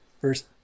first